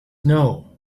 know